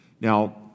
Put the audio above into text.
Now